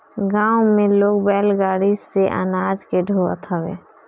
गांव में लोग बैलगाड़ी से अनाज के ढोअत हवे